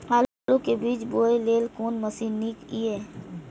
आलु के बीज बोय लेल कोन मशीन नीक ईय?